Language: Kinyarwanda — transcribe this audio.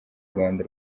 rwanda